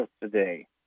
today